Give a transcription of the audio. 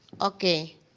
Okay